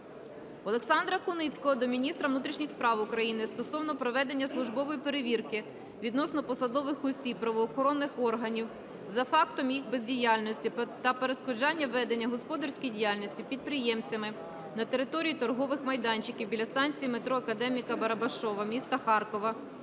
Олександра Куницького до міністра внутрішніх справ України стосовно проведення службової перевірки відносно посадових осіб правоохоронних органів за фактом їх бездіяльності та перешкоджанню ведення господарської діяльності підприємцями на території торгових майданчиків біля станції метро Академіка Барабашова міста Харкова,